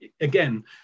again